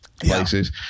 places